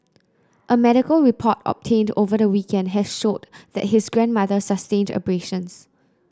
a medical report obtained over the weekend had showed that his grandmother sustained abrasions